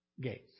gates